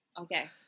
Okay